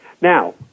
Now